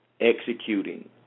executing